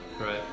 Right